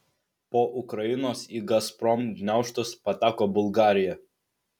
po ukrainos į gazprom gniaužtus pateko bulgarija